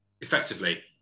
effectively